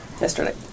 yesterday